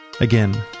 Again